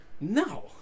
No